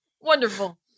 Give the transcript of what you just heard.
Wonderful